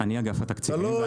אני מאגף התקציבים.